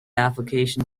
application